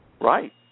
Right